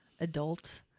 adult